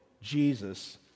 Jesus